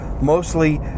mostly